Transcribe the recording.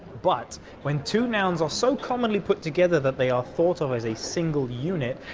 but, when two nouns are so commonly put together that they are thought of as a single unit,